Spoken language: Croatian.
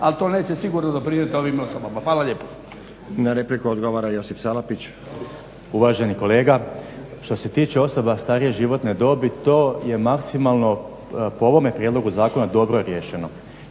ali to neće sigurno doprinijeti ovim osobama. Hvala lijepo. **Stazić, Nenad (SDP)** Na repliku odgovara Josip Salapić. **Salapić, Josip (HDSSB)** Uvaženi kolega što se tiče osoba starije životne dobi to je maksimalno po ovome prijedlogu zakona dobro riješeno.